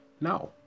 now